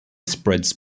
spreads